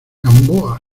gamboa